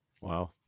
Wow